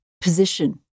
position